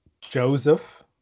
Joseph